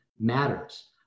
matters